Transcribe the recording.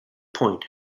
point